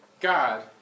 God